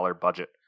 budget